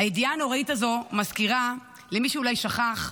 הידיעה הנוראית הזאת מזכירה למי שאולי שכח,